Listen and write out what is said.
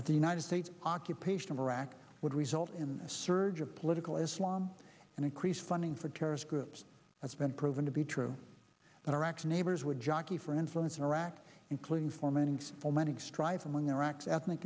that the united states occupation of iraq would result in a surge of political islam and increase funding for terrorist groups that's been proven to be true that our action neighbors would jockey for influence in iraq including formatting still many strife among iraq's ethnic